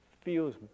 feels